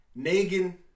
Negan